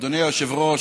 אדוני היושב-ראש,